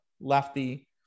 lefty